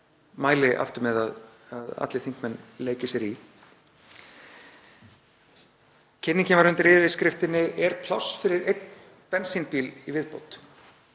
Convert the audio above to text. mæli aftur með að allir þingmenn leiki sér í. Kynningin var undir yfirskriftinni: Er pláss fyrir einn bensínbíl í viðbót?